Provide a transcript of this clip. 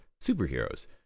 superheroes